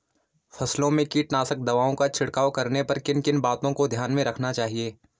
फसलों में कीटनाशक दवाओं का छिड़काव करने पर किन किन बातों को ध्यान में रखना चाहिए?